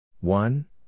one